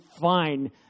fine